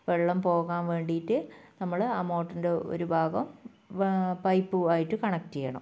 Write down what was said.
വെള്ളം പോകാൻ വേണ്ടിയിട്ട് നമ്മൾ ആ മോട്ടറിൻ്റെ ഒരു ഭാഗം പൈപ്പ് ആയിട്ട് കണക്ട് ചെയ്യണം